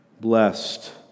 Blessed